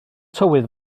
tywydd